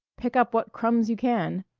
pick up what crumbs you can.